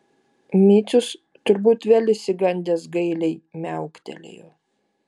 micius turbūt vėl išsigandęs gailiai miauktelėjo